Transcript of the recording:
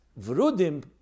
vrudim